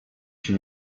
się